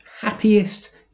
happiest